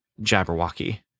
Jabberwocky